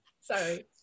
Sorry